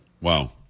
Wow